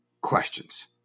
questions